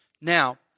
Now